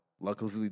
luckily